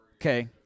okay